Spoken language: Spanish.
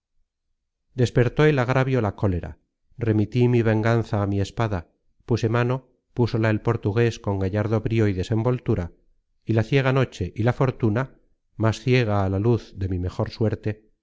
arrimarme al suelo despertó el agravio la có el portugues con gallardo brío y desenvoltura y la ciega noche y la fortuna más ciega á la luz de mi mejor suerte